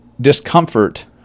discomfort